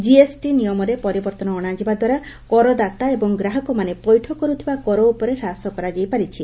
GST ନିୟମରେ ପରିବର୍ତ୍ତନ ଅଣାଯିବାଦ୍ୱାରା କରଦାତା ଏବଂ ଗ୍ରାହକମାନେ ପୈଠ କରୁଥିବା କର ଉପରେ ହ୍ରାସ କରାଯାଇପାରିଛି